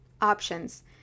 options